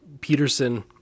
Peterson